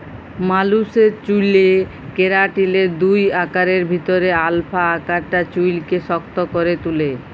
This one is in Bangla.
মালুসের চ্যুলে কেরাটিলের দুই আকারের ভিতরে আলফা আকারটা চুইলকে শক্ত ক্যরে তুলে